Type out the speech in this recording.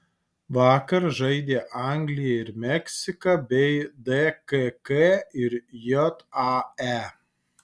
vakar žaidė anglija ir meksika bei dkk ir jae